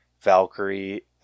Valkyrie